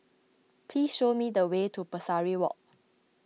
please show me the way to Pesari Walk